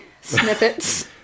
snippets